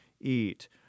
eat